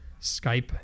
Skype